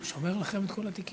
הוא שומר לכם את כל התיקים.